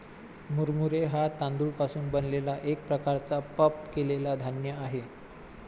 मुरमुरे हा तांदूळ पासून बनलेला एक प्रकारचा पफ केलेला धान्य आहे